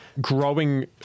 growing